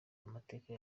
amateka